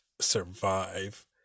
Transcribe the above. survive